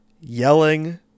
Yelling